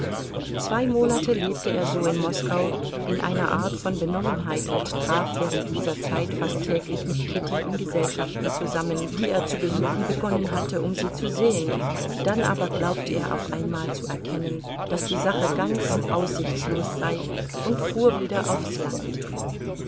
zwei monate lebte er so in moskau in einer art von benommenheit und traf während dieser zeit fast täglich mit kitty in gesellschaften zusammen die er zu besuchen begonnen hatte um sie zu sehen dann aber glaubte er auf einmal zu erkennen daß die sache ganz aussichtslos sei und fuhr wieder aufs land